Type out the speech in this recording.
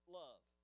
love